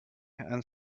and